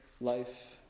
life